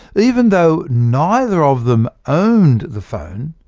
even though neither of them owned the phone,